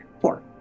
four